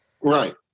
Right